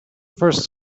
first